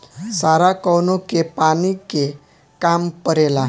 सारा कौनो के पानी के काम परेला